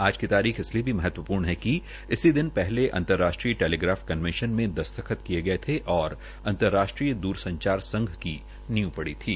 आज की तारीख इसलिये भी महत्वपूर्ण है कि इसी के लक्ष्य दिन पहले अंतराष्ट्रीय टेलीग्राफी कन्वेशन में दस्तखत किये गये थे और अंतर्राष्ट्रीय दूर संचार संघ की नींव पड़ी थी